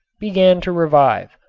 began to revive.